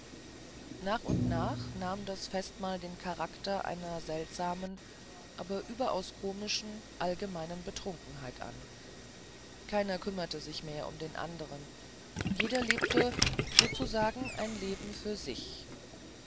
nach und nach nahm da festmahl den charakter einer seltsamen aber überaus komischen allgemeinen betrunkenheit an keiner kümmerte sich mehr um den anderen jeder lebte sozusagen ein leben für sich